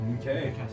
Okay